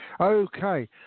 okay